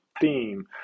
theme